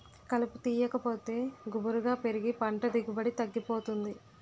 కలుపు తీయాకపోతే గుబురుగా పెరిగి పంట దిగుబడి తగ్గిపోతుంది